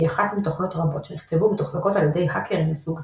היא אחת מתוכנות רבות שנכתבו ומתוחזקות על ידי האקרים מסוג זה,